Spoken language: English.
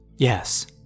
Yes